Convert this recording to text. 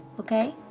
okay?